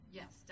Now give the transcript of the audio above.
yes